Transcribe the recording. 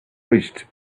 reached